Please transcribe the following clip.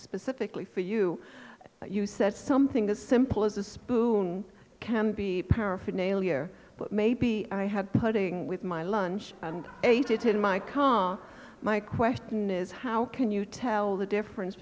specifically for you you said something as simple as a spoon can be paraphernalia but maybe i had putting with my lunch and ate it in my car my question is how can you tell the difference